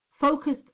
focused